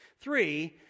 Three